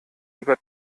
über